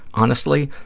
honestly,